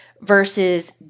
versus